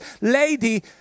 lady